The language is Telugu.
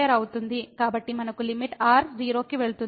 కాబట్టి మనకు లిమిట్ r 0 కి వెళుతుంది